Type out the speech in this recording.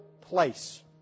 place